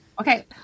Okay